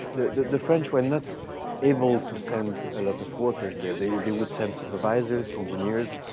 the the french were not able to send a lot of workers there. they they would send supervisors, engineers,